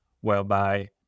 whereby